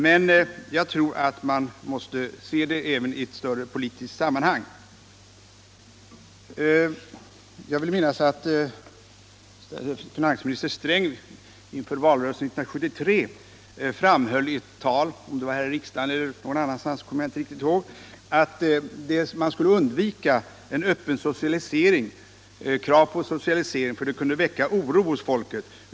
Men jag tror vi måste se dem i ett större politiskt sammanhang. Jag vill minnas att finansministern före valrörelsen 1973 i ett tal — om det var här i riksdagen eller någon annanstans kommer jag inte riktigt ihåg — framhöll att man skulle undvika att öppet ställa krav på en socialisering; det kunde väcka oro hos folket.